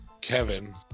Kevin